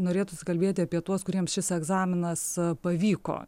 norėtųsi kalbėti apie tuos kuriems šis egzaminas pavyko